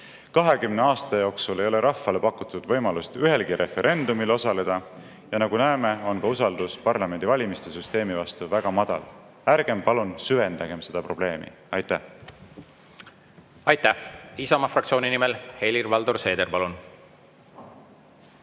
20 aasta jooksul ei ole rahvale pakutud võimalust ühelgi referendumil osaleda, ja nagu näeme, on ka usaldus parlamendivalimiste süsteemi vastu väga madal. Ärgem palun süvendagem seda probleemi! Aitäh! Aitäh! Isamaa fraktsiooni nimel Helir-Valdor Seeder, palun!